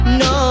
no